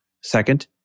Second